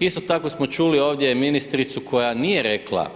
Isto tako smo čuli ovdje ministricu koja nije rekla